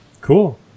Cool